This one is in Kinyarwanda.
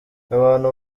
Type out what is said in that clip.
abantu